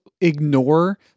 ignore